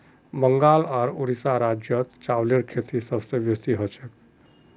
बंगाल आर उड़ीसा राज्यत चावलेर खेती सबस बेसी हछेक